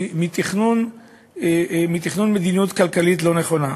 מתכנון מדיניות כלכלית לא נכונה.